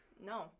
No